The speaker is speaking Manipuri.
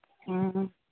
ꯎꯝ